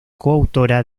coautora